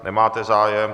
Nemáte zájem.